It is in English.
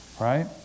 right